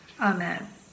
Amen